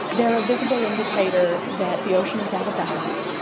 they are a visible indicator that the ocean is out of balance.